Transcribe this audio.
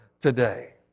today